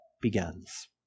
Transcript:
begins